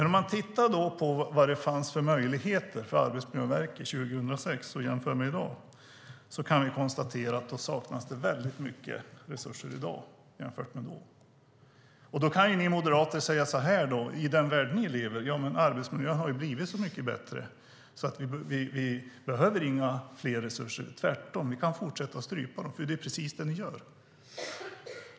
Om vi tittar på vilka möjligheter det fanns för Arbetsmiljöverket 2006 och jämför med i dag kan vi konstatera att det i dag saknas mycket resurser jämfört med då. I den värld ni moderater lever kan ni säga att arbetsmiljön har blivit mycket bättre och att vi därför inte behöver mer resurser, att vi tvärtom kan fortsätta att strypa dem. Det är just det ni gör.